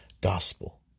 Gospel